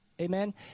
Amen